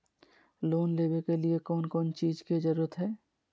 Loan लेबे के लिए कौन कौन चीज के जरूरत है?